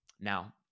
Now